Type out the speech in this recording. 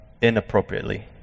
inappropriately